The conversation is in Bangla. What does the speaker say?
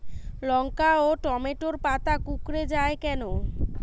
লঙ্কা ও টমেটোর পাতা কুঁকড়ে য়ায় কেন?